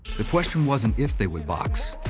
the question wasn't if they would box,